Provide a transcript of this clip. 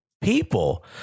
people